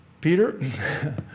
Peter